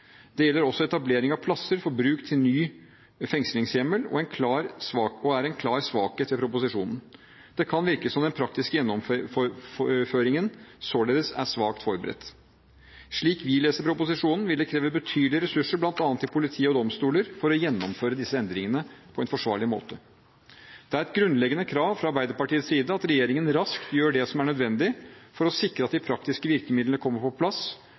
Det gjelder også etablering av plasser til bruk ved ny fengslingshjemmel og er en klar svakhet ved proposisjonen. Det kan virke som den praktiske gjennomføringen således er svakt forberedt. Slik vi leser proposisjonen, vil det kreve betydelige ressurser bl.a. til politiet og domstolene for å gjennomføre disse endringene på en forsvarlig måte. Det er et grunnleggende krav fra Arbeiderpartiets side at regjeringen raskt gjør det som er nødvendig for å sikre at de praktiske virkemidlene kommer på plass,